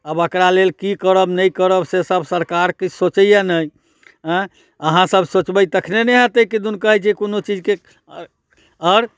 आब एकरा लेल की करब नहि करब से सभ सरकार किछु सोचैया नहि एँ अहाँ सभ सोचबै तखने नहि हेतै किदन कहै छै कोनो चीजके आओर